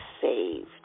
saved